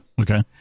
Okay